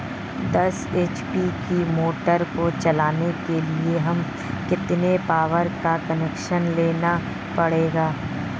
दस एच.पी की मोटर को चलाने के लिए हमें कितने पावर का कनेक्शन लेना पड़ेगा?